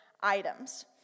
items